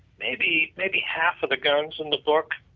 maybe maybe half of the guns in the book.